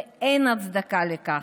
ואין הצדקה לכך.